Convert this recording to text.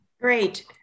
Great